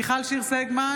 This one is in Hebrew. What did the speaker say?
מיכל שיר סגמן,